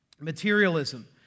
Materialism